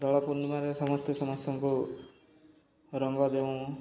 ଦୋଳ ପୂର୍ଣ୍ଣିମାରେ ସମସ୍ତେ ସମସ୍ତଙ୍କୁ ରଙ୍ଗ ଦେଉଁ